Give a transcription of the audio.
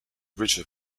richard